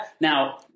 Now